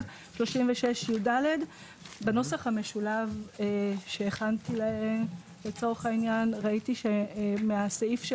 36יד. בנוסח המשולב שהכנתי לצורך העניין ראיתי שמהסעיף של